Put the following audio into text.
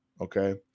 okay